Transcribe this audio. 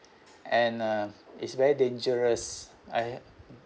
and uh it's very dangerous I